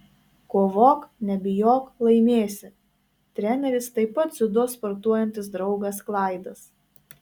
kovok nebijok laimėsi treneris taip pat dziudo sportuojantis draugas klaidas